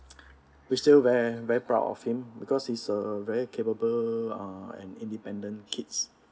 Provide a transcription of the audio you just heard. we're still very very proud of him because he's a very capable and uh independent kids